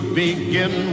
begin